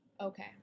okay